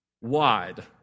wide